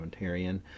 commentarian